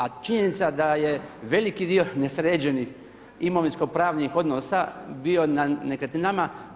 A činjenica da je veliki dio nesređenih imovinsko-pravnih odnosa bio na nekretninama.